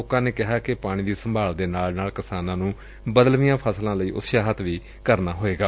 ਲੋਕਾ ਨੇ ਕਿਹਾ ਕਿ ਪਾਣੀ ਦੀ ਸੰਭਾਲ ਦੇ ਨਾਲ ਨਾਲ ਕਿਸਾਨਾਂ ਨੂੰ ਬਦਲਵੀਆਂ ਫਸਲਾਂ ਲਈ ਉਤਸਾਹਿਤ ਕਰਨਾ ਹੋਵੇਗਾ